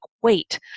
wait